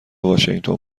واشینگتن